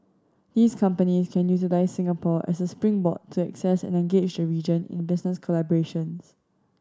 these companies can utilise Singapore as a springboard to access and engage the region in business collaborations